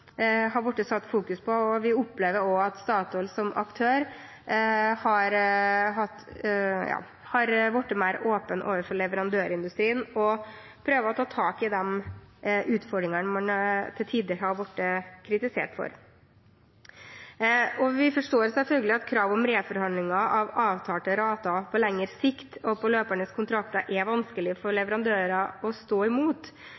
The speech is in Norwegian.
har blitt fokusert på, og vi opplever at Statoil som aktør har blitt mer åpen overfor leverandørindustrien og prøver å ta tak i de utfordringene de til tider har blitt kritisert for. Vi forstår selvfølgelig at kravet om reforhandlinger av avtalte rater på lengre sikt og av løpende kontrakter er vanskelig for leverandører å stå imot,